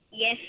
Yes